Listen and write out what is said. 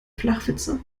flachwitze